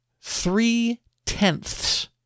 three-tenths